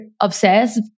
obsessed